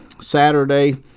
Saturday